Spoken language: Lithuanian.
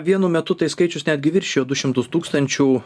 vienu metu tai skaičius netgi viršijo du šimtus tūkstančių